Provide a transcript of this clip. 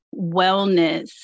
wellness